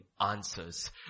answers